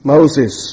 Moses